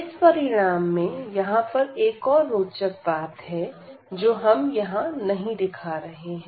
इस परिणाम में यहां पर एक और रोचक बात है जो हम यहां नहीं दिखा रहे हैं